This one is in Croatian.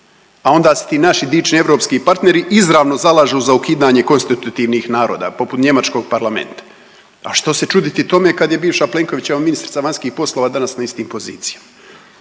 a onda se ti naši dični europski partneri izravno zalažu za ukidanje konstitutivnih naroda, poput njemačkog parlamenta. A što se čuditi tome kad je bivša Plenkovićeva ministrica vanjskih poslova danas na istoj poziciji?